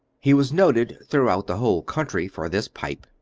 he was noted throughout the whole country for this pipe,